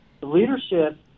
leadership